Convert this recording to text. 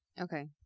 Okay